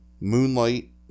Moonlight